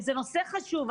זה נושא חשוב.